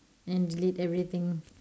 then delete everything